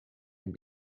and